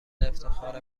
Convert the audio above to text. افتخار